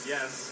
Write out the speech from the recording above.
Yes